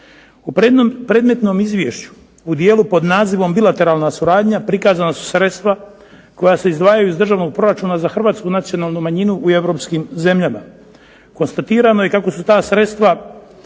U predmetnom izvješću u dijelu pod nazivom "Bilateralna suradnja" prikazana su sredstva koja se izdvajaju iz državnog proračuna za Hrvatsku nacionalnu manjinu u europskim zemljama. Konstatirano je kako su ta sredstva